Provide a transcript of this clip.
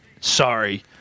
sorry